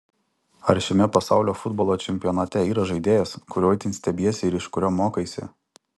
ar šiame pasaulio futbolo čempionate yra žaidėjas kuriuo itin stebiesi ir iš kurio mokaisi